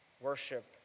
worship